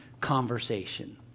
conversation